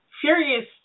furious